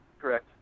Correct